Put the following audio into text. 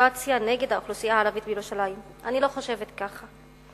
פרובוקציה נגד האוכלוסייה הערבית בירושלים"; אני לא חושבת כך,